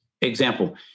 Example